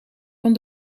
van